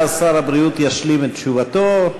ואז שר הבריאות ישלים את תשובתו.